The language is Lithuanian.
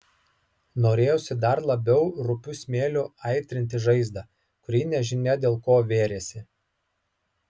norėjosi dar labiau rupiu smėliu aitrinti žaizdą kuri nežinia dėl ko vėrėsi